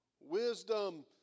Wisdom